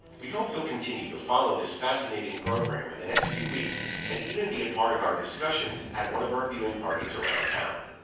we hope you'll continue to follow this fascinating program in and the next few weeks, and even be a part of our discussions at one of our viewing parties around town.